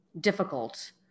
difficult